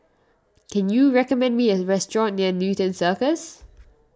can you recommend me a restaurant near Newton Circus